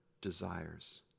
desires